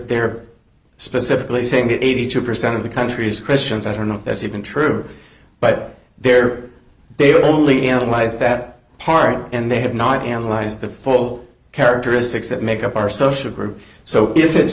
they're specifically saying that eighty two percent of the country is christians i don't know that's even true but they're they've only analyzed that part and they have not analyzed the full characteristics that make up our social group so if it's